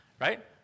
right